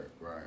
right